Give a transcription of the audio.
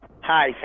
Hi